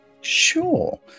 Sure